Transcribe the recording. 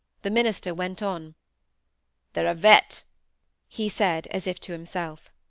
the minister went on there are yet he said, as if to himself.